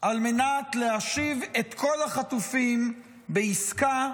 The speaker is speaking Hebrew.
על מנת להשיב את כל החטופים בעסקה,